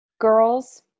Girls